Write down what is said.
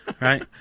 Right